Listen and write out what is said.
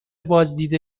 بازدید